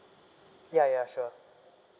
ya ya sure